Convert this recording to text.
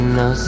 no